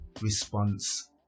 response